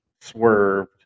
swerved